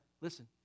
listen